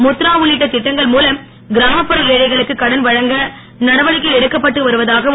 முத்ரா உள்ளிட்ட திட்டங்கள் மூலம் கிராமப்புற ஏழைகளுக்கு கடன் வழங்க நடவடிக்கை எடுக்கப்பட்டு வருவதாகவும்